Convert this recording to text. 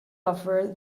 offer